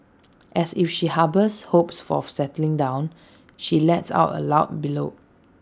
asked if she harbours hopes for settling down she lets out A loud bellow